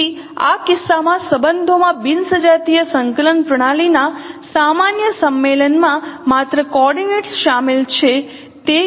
તેથી આ કિસ્સામાં સંબંધોમાં બિન સજાતીય સંકલન પ્રણાલીના સામાન્ય સંમેલનમાં માત્ર કોઓર્ડિનેટ્સ શામેલ છે તે કેન્દ્ર ને પણ રજૂ કરે છે